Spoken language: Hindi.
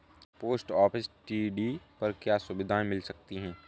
पोस्ट ऑफिस टी.डी पर क्या सुविधाएँ मिल सकती है?